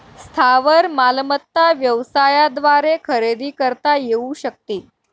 स्थावर मालमत्ता व्यवसायाद्वारे खरेदी करता येऊ शकते